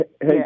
hey